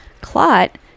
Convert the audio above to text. clot